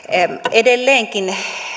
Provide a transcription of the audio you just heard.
edelleenkin